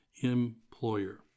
employer